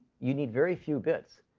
you need very few bits,